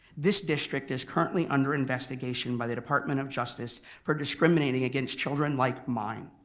this district is currently under investigation by the department of justice for discriminating against children like mine.